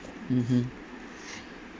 mmhmm